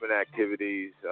activities